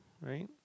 right